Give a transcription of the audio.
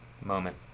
moment